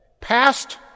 past